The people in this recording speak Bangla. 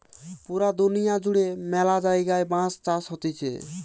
পুরা দুনিয়া জুড়ে ম্যালা জায়গায় বাঁশ চাষ হতিছে